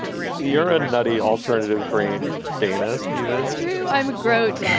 you're a nutty alternative. green stamos, steve it's true. i'm a grote.